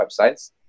websites